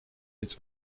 its